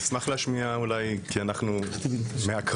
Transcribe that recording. אשמח להשמיע כי אנחנו מהקרנות,